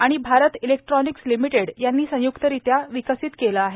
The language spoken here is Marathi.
आणि भारत इलेक्ट्रानिक्स लिमिटेड यांनी संय्क्तरित्या विकसित केल आहे